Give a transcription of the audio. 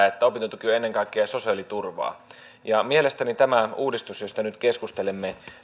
että opintotuki on ennen kaikkea sosiaaliturvaa mielestäni tämä uudistus josta nyt keskustelemme